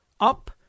up